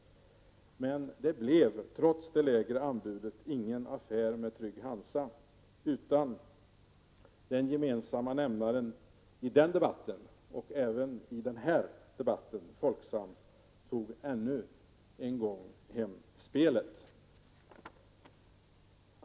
Trots det lägre anbudet blev det ingen affär med Trygg-Hansa, utan den gemensamma nämnaren i den debatten och även i denna debatt, dvs. Folksam, tog ännu en gång hem spelet.